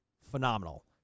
phenomenal